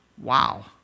Wow